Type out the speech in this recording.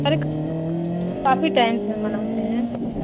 ارے کافی ٹائم سے ہم بناتے ہیں